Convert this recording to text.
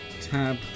Tab